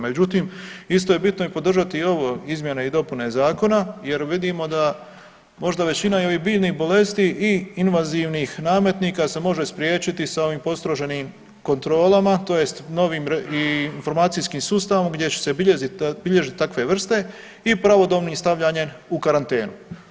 Međutim, isto je bitno i podržati i ovo izmjene i dopune zakona jer vidimo da možda većina i ovih biljnih bolesti i invazivnih nametnika se može spriječiti sa ovim postroženim kontrolama tj. novim informacijskim sustavom gdje se bilježit takve vrste i pravodobnim stavljanjem u karantenu.